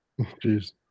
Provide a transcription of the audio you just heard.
Jeez